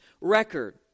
record